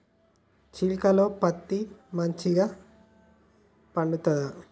చేలుక లో పత్తి మంచిగా పండుద్దా?